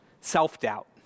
self-doubt